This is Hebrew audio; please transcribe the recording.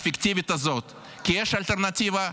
הפיקטיבית הזאת, כי יש אלטרנטיבה.